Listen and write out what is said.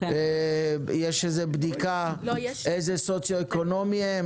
יש בדיקה באיזה מצב סוציואקונומי הם?